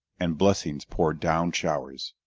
and blessings pour down showers!